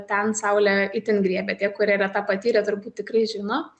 ten saulė itin griebia tie kurie yra tą patyrę turbūt tikrai žino